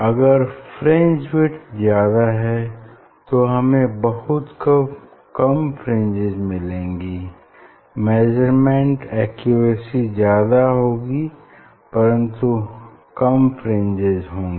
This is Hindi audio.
अगर फ्रिंज विड्थ ज्यादा है तो हमें बहुत कम फ्रिंजेस मिलेंगी मेजरमेन्ट एक्यूरेसी ज्यादा होगी परन्तु बहुत कम फ्रिंजेस होंगी